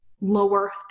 lower